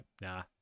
nah